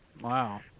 wow